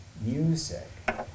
music